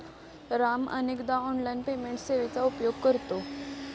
राम अनेकदा online payment सेवेचा उपयोग करतो